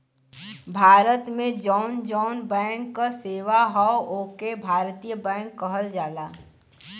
भारत में जौन जौन बैंक क सेवा हौ ओके भारतीय बैंक कहल जाला